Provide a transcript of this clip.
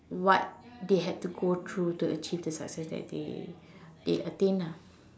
what they had to go through to achieve the success that they they attained ah